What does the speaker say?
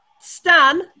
Stan